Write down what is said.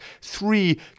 three